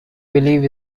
believe